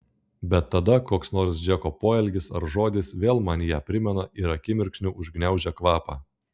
bet tada koks nors džeko poelgis ar žodis vėl man ją primena ir akimirksniu užgniaužia kvapą